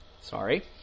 sorry